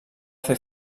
fer